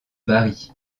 bari